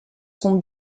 sont